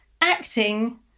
acting